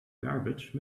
garbage